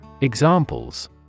Examples